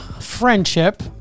friendship